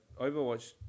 Overwatch